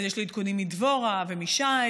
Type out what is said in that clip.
אז יש לי עדכונים מדבורה ומשי,